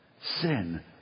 Sin